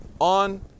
on